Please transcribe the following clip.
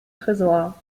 tresor